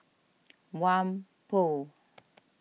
Whampoa